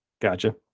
Gotcha